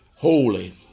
Holy